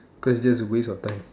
cause that was a waste of time